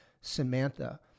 Samantha